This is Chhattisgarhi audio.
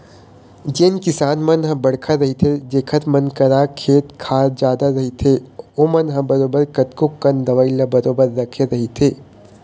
जेन किसान मन ह बड़का रहिथे जेखर मन करा खेत खार जादा रहिथे ओमन ह बरोबर कतको कन दवई ल बरोबर रखे रहिथे